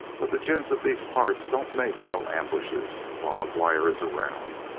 but the gents of these parts don't make no ambushes while mcguire is around.